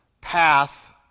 path